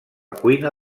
cuina